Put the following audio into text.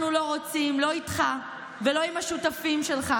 אנחנו לא רוצים לא איתך ולא עם השותפים שלך,